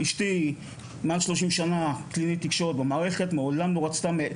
אשתי קלינאית תקשורת במערכת מעל 30 שנה,